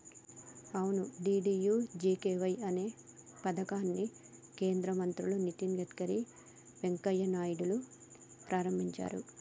అవును డి.డి.యు.జి.కే.వై అనే పథకాన్ని కేంద్ర మంత్రులు నితిన్ గడ్కర్ వెంకయ్య నాయుడులు ప్రారంభించారు